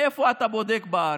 תודה רבה.